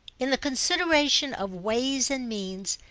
in the consideration of ways and means,